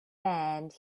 and